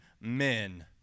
men